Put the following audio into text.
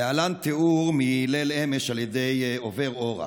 להלן תיאור מליל אמש על ידי עובר אורח: